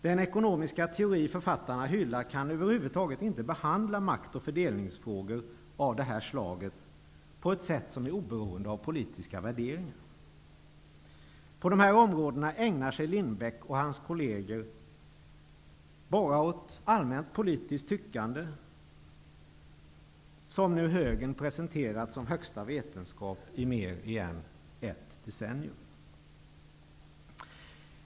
Den ekonomiska teori som författarna hyllar kan över huvud taget inte behandla maktoch fördelningsfrågor av det här slaget på ett sätt som är oberoende av politiska värderingar. På dessa områden ägnar sig Lindbeck och hans kolleger bara åt allmänt politiska tyckande, vilket nu högern presenterat som högsta vetenskap i mer än ett decennium.